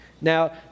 Now